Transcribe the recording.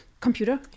computer